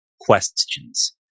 questions